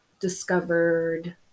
discovered